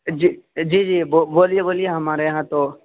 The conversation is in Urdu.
جی جی جی بولیے بولیے ہمارے یہاں تو